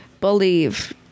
believe